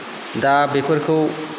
दा बेफोरखौ